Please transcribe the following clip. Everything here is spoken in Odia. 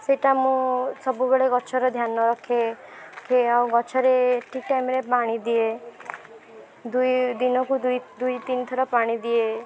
ସେଇଟା ମୁଁ ସବୁବେଳେ ଗଛର ଧ୍ୟାନ ରଖେ କି ଆଉ ଗଛରେ ଠିକ୍ ଟାଇମ୍ରେ ପାଣି ଦିଏ ଦୁଇ ଦିନକୁ ଦୁଇ ତିନି ଥର ପାଣି ଦିଏ